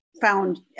found